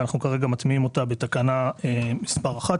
ואנחנו מטמיעים אותה בתקנה מס' 1,